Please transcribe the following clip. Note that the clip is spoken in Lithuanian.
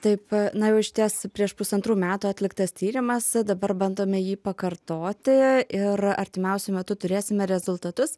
taip na jau išties prieš pusantrų metų atliktas tyrimas dabar bandome jį pakartoti ir artimiausiu metu turėsime rezultatus